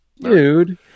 Dude